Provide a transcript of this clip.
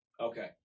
Okay